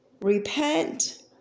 repent